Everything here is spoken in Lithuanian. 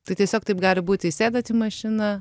tai tiesiog taip gali būti įsėdat į mašiną